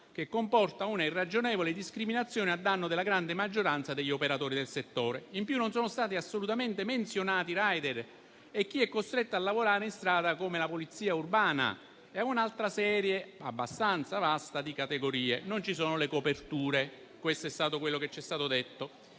che comporta una irragionevole discriminazione a danno della grande maggioranza degli operatori del settore. In più, non sono stati assolutamente menzionati i *rider* e chi è costretto a lavorare in strada come la Polizia urbana e un'altra serie abbastanza vasta di categorie. Non ci sono le coperture: questo è quello che ci è stato detto.